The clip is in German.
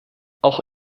auch